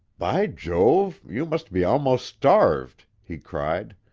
by jove! you must be almost starved! he cried.